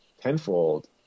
tenfold